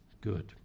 good